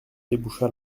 déboucha